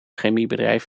chemiebedrijf